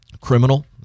criminal